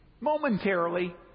momentarily